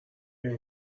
این